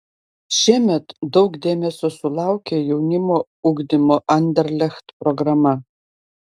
šiemet daug dėmesio sulaukė jaunimo ugdymo anderlecht programa